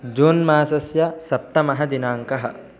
जून्मासस्य सप्तमः दिनाङ्कः